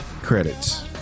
Credits